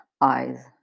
eyes